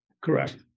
Correct